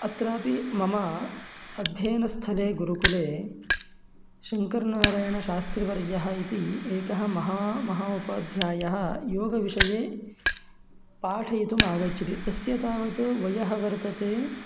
अत्रापि मम अध्ययनस्थले गुरुकुले शङ्करनारायणशास्त्रीवर्यः इति एकः महामहोपाध्यायः योगविषये पाठयितुमागच्छति तस्य तावत् वयः वर्तते